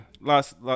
last